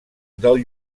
del